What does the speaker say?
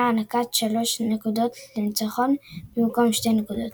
היה הענקת שלוש נקודות לניצחון במקום שתי נקודות.